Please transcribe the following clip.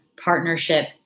partnership